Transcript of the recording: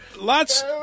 lots